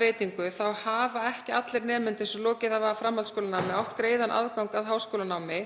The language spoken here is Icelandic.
breytingar hafa ekki allir nemendur sem lokið hafa framhaldsskólanámi átt greiðan aðgang að háskólanámi